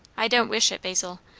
i don't wish it, basil.